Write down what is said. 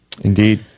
Indeed